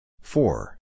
Four